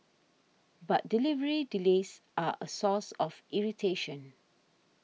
but delivery delays are a source of irritation